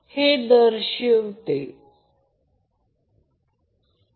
कृपया ते करा ज्याला IABIBC म्हणतात समान संबंध मिळेल 120°